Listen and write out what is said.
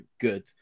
good